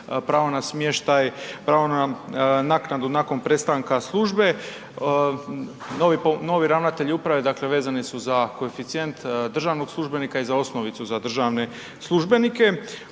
pravo na smještaj, pravo na naknadu nakon prestanka službe. Novi ravnatelji uprave vezani su za koeficijent državnog službenika i za osnovicu za državne službenike.